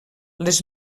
les